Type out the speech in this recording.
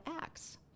acts